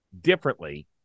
differently